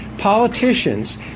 politicians